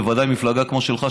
בוודאי מפלגה כמו שלך,